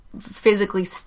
physically